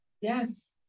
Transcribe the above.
Yes